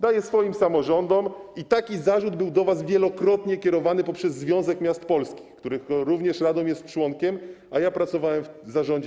Daje swoim samorządom i taki zarzut był wobec was wielokrotnie kierowany przez Związek Miast Polskich, którego również Radom jest członkiem, a ja pracowałem w jego zarządzie.